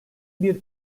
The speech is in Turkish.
bir